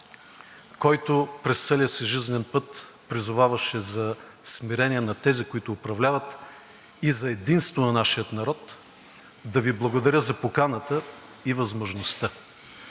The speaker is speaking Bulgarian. който през целия си жизнен път призоваваше за смирение на тези, които управляват, и за единство на нашия народ, да Ви благодаря за поканата и възможността